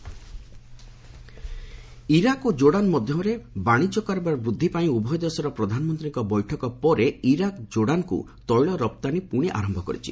Iraq Jordan Iraq ଓ Jordan ମଧ୍ୟରେ ବାଣିଜ୍ୟ କାରବାର ବୃଦ୍ଧି ପାଇଁ ଉଭୟ ଦେଶର ପ୍ରଧାନମନ୍ତ୍ରୀଙ୍କ ବୈଠକ ପରେ ଇରାକ୍ ଜୋର୍ଡାନ୍କୁ ତୈଳ ରପ୍ତାନୀ ପ୍ରଣି ଆରମ୍ଭ କରିଛି